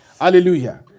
Hallelujah